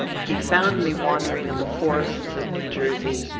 he found me wandering in the forests of new jersey.